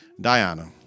Diana